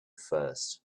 first